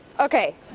Okay